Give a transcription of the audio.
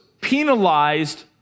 penalized